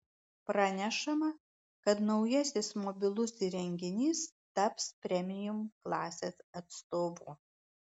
pranešama kad naujasis mobilus įrenginys taps premium klasės atstovu